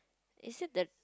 is it the